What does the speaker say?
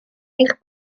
eich